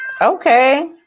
Okay